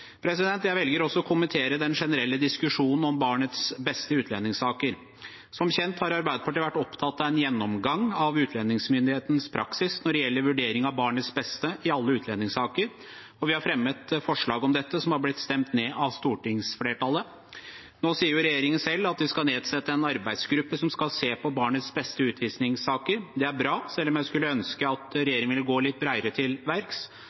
Jeg velger også å kommentere den generelle diskusjonen om barnets beste i utlendingssaker. Som kjent har Arbeiderpartiet vært opptatt av en gjennomgang av utlendingsmyndighetenes praksis når det gjelder vurdering av barnets beste i alle utlendingssaker, og vi har fremmet forslag om dette som er blitt stemt ned av stortingsflertallet. Nå sier jo regjeringen selv at de skal nedsette en arbeidsgruppe som skal se på barnets beste i utvisningssaker. Det er bra, selv om jeg skulle ønske at